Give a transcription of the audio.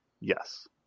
Yes